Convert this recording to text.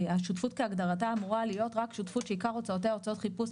השותפות כהגדרתה אמורה להיות רק שותפות שעיקר הוצאותיה הוצאות חיפוש,